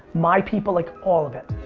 my people, like all of it.